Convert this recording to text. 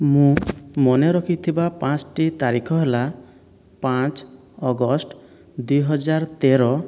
ମୁଁ ମନେରଖିଥିବା ପାଞ୍ଚଟି ତାରିଖ ହେଲା ପାଞ୍ଚ ଅଗଷ୍ଟ ଦୁଇ ହଜାର ତେର